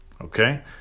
Okay